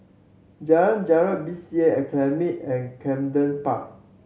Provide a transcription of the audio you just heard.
Jalan Jarak B C A Academy and Camden Park